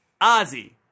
Ozzy